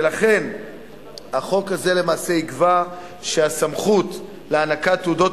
ולכן החוק הזה למעשה יקבע שהסמכות להענקת תעודות